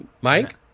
Mike